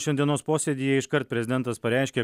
šiandienos posėdyje iškart prezidentas pareiškė